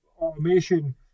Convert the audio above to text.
automation